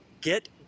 get